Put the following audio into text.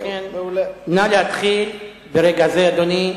נא להתחיל ברגע זה, אדוני.